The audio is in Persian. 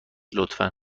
لطفا